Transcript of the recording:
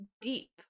deep